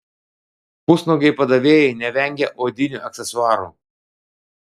pusnuogiai padavėjai nevengia odinių aksesuarų